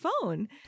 phone